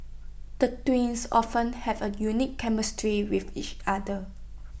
the twins often have A unique chemistry with each other